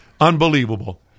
Unbelievable